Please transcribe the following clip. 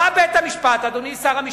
בא בית-המשפט, אדוני שר המשפטים,